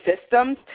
systems